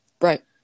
Right